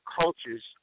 cultures